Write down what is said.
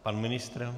Pan ministr?